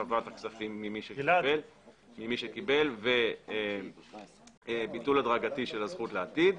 השבת הכספים ממי שקיבל וביטול הדרגתי של הזכות לעתיד.